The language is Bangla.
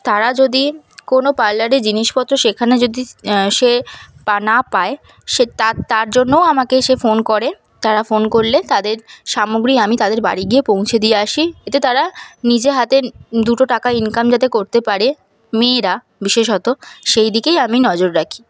তারা যদি কোনো পার্লারে জিনিসপত্র সেখানে যদি সে না পায় সে তার তার জন্যও আমাকে সে ফোন করে তারা ফোন করলে তাদের সামগ্রী আমি তাদের বাড়ি গিয়ে পৌঁছে দিয়ে আসি এতে তারা নিজে হাতে দুটো টাকা ইনকাম যাতে করতে পারে মেয়েরা বিশেষত সেই দিকেই আমি নজর রাখি